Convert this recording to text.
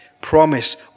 Promise